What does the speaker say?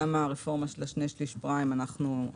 גם הרפורמה של השני שליש פריים המפקח